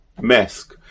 mask